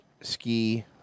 ski